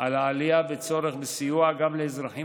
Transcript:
על העלייה בצורך בסיוע גם לאזרחים